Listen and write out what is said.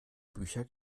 bücher